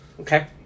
Okay